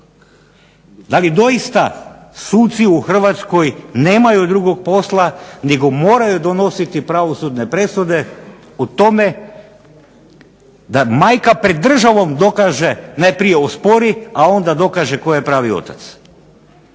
Da li doista suci u Hrvatskoj nemaju drugog posla nego moraju donositi pravosudne presude o tome da majka pred državom dokaže, najprije ospori, a onda dokaže tko je pravi otac.